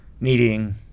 needing